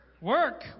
Work